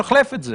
תבדקו את זה.